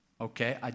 okay